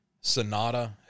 Sonata